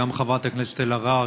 גם חברת הכנסת אלהרר,